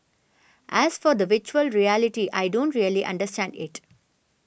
as for the Virtual Reality I don't really understand it